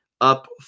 up